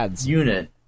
unit